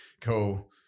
cool